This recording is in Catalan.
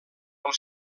els